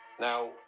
now